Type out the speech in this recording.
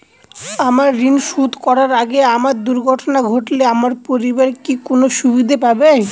আমার ঋণ শোধ করার আগে আমার দুর্ঘটনা ঘটলে আমার পরিবার কি কোনো সুবিধে পাবে?